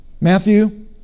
Matthew